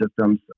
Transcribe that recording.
systems